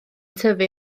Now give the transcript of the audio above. tyfu